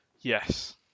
Yes